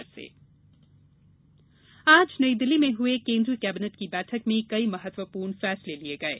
cabinet बैठक आज नई दिल्ली में हुए केन्द्रीय कैबिनेट की बैठक में कई महत्वपूर्ण फैसले लिये गये